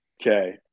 Okay